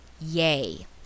yay